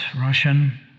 Russian